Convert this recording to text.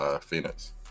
Phoenix